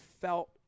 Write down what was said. felt